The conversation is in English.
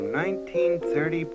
1930